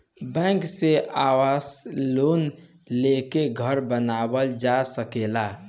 bank से आवास loan लेके घर बानावल जा सकेला